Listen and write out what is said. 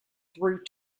through